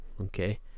Okay